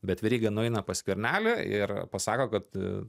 bet veryga nueina pas skvernelį ir pasako kad